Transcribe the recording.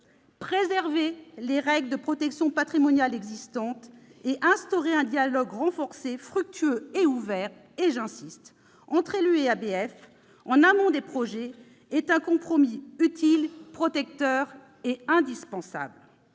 préserver les règles de protection patrimoniale existantes et instaurer un dialogue renforcé, fructueux et ouvert- j'y insiste -entre élus et ABF en amont des projets. C'est un compromis indispensable,